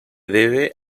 debe